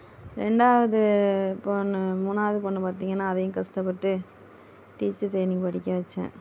ரெண்டாவது பெண்ணு மூணாவது பெண்ணு பார்த்திங்கன்னா அதையும் கஷ்டப்பட்டு டீச்சர் ட்ரைனிங் படிக்க வைச்சேன்